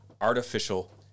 artificial